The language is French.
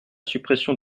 suppression